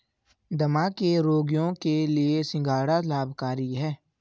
दमा के रोगियों के लिए सिंघाड़ा लाभकारी है